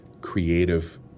creative